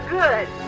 good